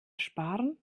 sparen